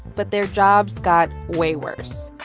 but their jobs got way worse.